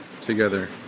together